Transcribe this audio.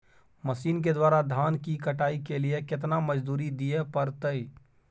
Machine के द्वारा धान की कटाइ के लिये केतना मजदूरी दिये परतय?